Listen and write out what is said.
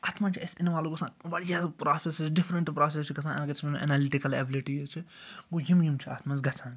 اتھ مَنٛز چھِ اَسہِ اِنوالٕو گَژھان واریاہ پرٛافٮ۪سٕز ڈِفرنٛٹ پرٛاسٮ۪سٕز چھِ گَژھان اگر أسۍ وٕچھو انیلِٹِکَل ایبِلِٹیٖز چھِ گوٚو یِم یِم چھِ اتھ مَنٛز گَژھان